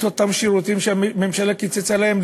את אותם שירותים שהממשלה קיצצה להם,